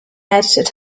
edited